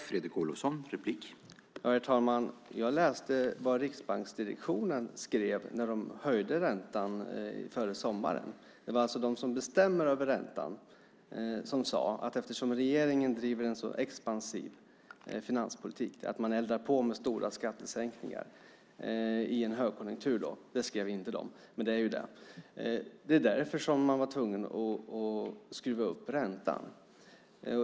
Herr talman! Jag läste vad Riksbanksdirektionen skrev när de höjde räntan före sommaren. Det var alltså de som bestämmer över räntan som sade att eftersom regeringen driver en så expansiv finanspolitik och eldar på med stora skattesänkningar i en högkonjunktur - det skrev de inte, men det är ju det - var man tvungen att skruva upp räntan.